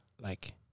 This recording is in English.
like-